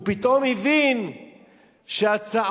הוא פתאום הבין שבהצעות